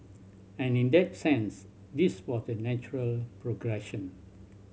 and in that sense this was the natural progression